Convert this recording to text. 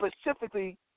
specifically